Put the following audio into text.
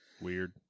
Weird